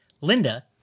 Linda